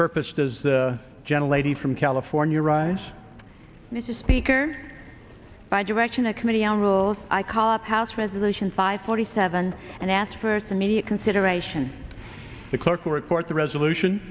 purpose does the gentle lady from california rise mr speaker by direction the committee on rules i call up house resolution five forty seven and asked for the media consideration the clerk report the resolution